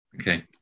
Okay